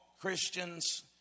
Christians